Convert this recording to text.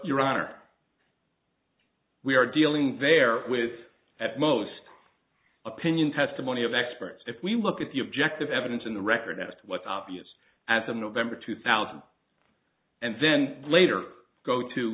your honor we are dealing there with at most opinion testimony of experts if we look at the objective evidence in the record i asked what obvious after november two thousand and then later go to